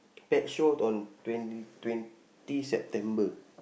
pet show on twenty twenty September